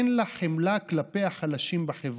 אין לה חמלה כלפי החלשים בחברה.